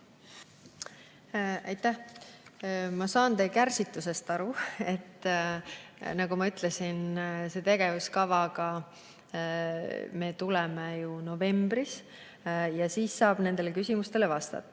Aitäh! Ma saan teie kärsitusest aru. Nagu ma ütlesin, selle tegevuskavaga me tuleme [välja] novembris ja siis saab nendele küsimustele vastata.